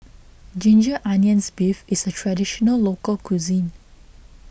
Ginger Onions Beef is a Traditional Local Cuisine